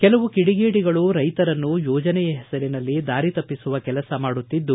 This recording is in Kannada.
ಕೆಲವು ಕಿಡಿಗೇಡಿಗಳು ರೈತರನ್ನು ಯೋಜನೆಯ ಹೆಸರಿನಲ್ಲಿ ದಾರಿತಪ್ಪಿಸುವ ಕೆಲಸ ಮಾಡುತ್ತಿದ್ದು